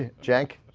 ah jack